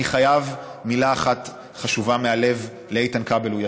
אני חייב מילה אחת חשובה מהלב לאיתן כבל, הוא יצא.